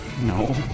No